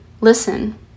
listen